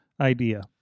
idea